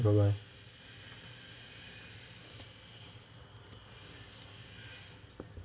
bye bye